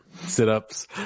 sit-ups